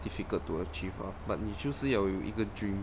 difficult to achieve ah but 你就是有一个 dream